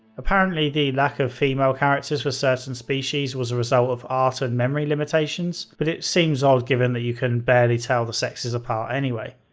apparently the lack of female characters for certain species was a result of art and memory limitations, but it seems odd given that you can barely tell the sexes apart anyway.